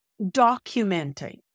documenting